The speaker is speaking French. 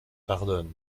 pardonne